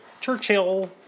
Churchill